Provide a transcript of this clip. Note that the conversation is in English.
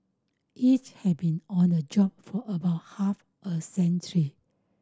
each has been on the job for about half a century